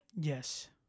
Yes